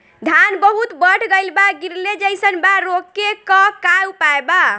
धान बहुत बढ़ गईल बा गिरले जईसन बा रोके क का उपाय बा?